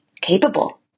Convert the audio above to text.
capable